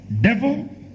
Devil